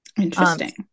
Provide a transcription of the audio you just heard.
Interesting